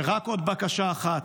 ורק עוד בקשה אחת: